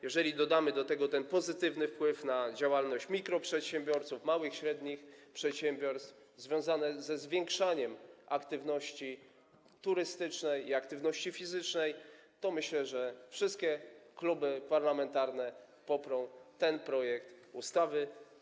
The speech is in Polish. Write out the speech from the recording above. Jeżeli dodamy do tego ten pozytywny wpływ na działalność mikroprzedsiębiorców, małych i średnich przedsiębiorstw, związany ze zwiększaniem aktywności turystycznej i aktywności fizycznej, to myślę, że wszystkie kluby parlamentarne poprą ten projekt ustawy.